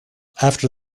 after